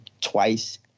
twice